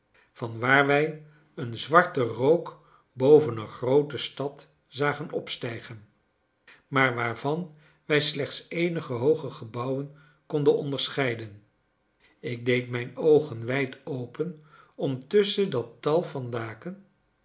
vanwaar wij een zwarten rook boven een groote stad zagen opstijgen maar waarvan wij slechts eenige hooge gebouwen konden onderscheiden ik deed mijn oogen wijd open om tusschen dat tal van daken